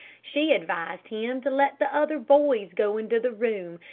she advised him to let the other boys go into the room,